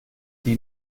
die